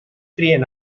trien